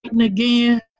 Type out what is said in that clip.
again